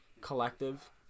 collective